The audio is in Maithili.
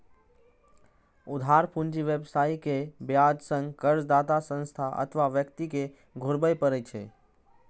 उधार पूंजी व्यवसायी कें ब्याज संग कर्जदाता संस्था अथवा व्यक्ति कें घुरबय पड़ै छै